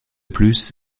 plus